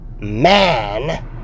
man